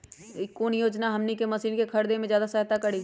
कौन योजना हमनी के मशीन के खरीद में ज्यादा सहायता करी?